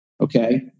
Okay